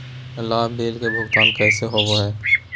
लाभ बिल के भुगतान कैसे होबो हैं?